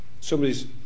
somebody's